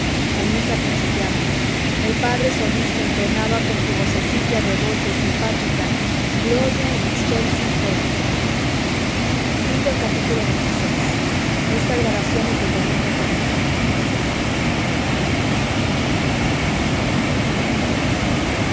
la misa principiaba el p solís entonaba con su vocecilla devota y simpática gloria in excelsis deo